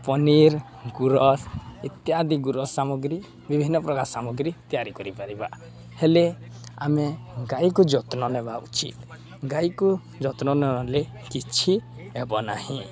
ପନିର୍ ଗୁୁରସ୍ ଇତ୍ୟାଦି ଗୁୁରସ୍ ସାମଗ୍ରୀ ବିଭିନ୍ନପ୍ରକାର ସାମଗ୍ରୀ ତିଆରି କରିପାରିବା ହେଲେ ଆମେ ଗାଈକୁ ଯତ୍ନ ନେବା ଉଚିତ୍ ଗାଈକୁ ଯତ୍ନ ନ ନେଲେ କିଛି ହେବ ନାହିଁ